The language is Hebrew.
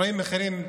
רואים מחירים,